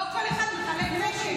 לא כל אחד מחלק נשק.